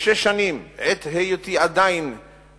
כשש שנים, בעת היותי רב